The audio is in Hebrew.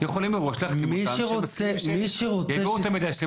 יכולים להחתים אותם על טופס שיאפשר לבצע את העברת המידע.